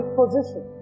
position